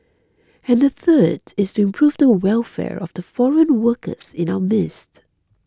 and the third is to improve the welfare of the foreign workers in our midst